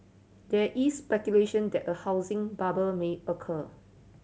there is speculation that a housing bubble may occur